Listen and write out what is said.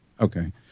Okay